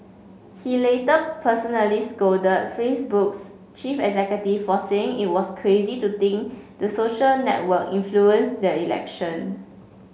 he later personally scolded Facebook's chief executive for saying it was crazy to think the social network influenced the election